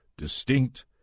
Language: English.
distinct